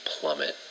plummet